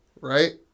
Right